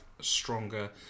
stronger